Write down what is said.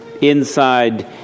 inside